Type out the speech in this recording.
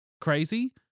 crazy